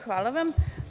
Hvala vam.